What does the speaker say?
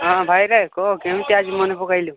ହଁ ଭାଇରେ କହ କେମିତି ଆଜି ମନେ ପକେଇଲୁ